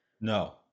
No